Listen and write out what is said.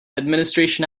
administration